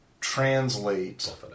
translate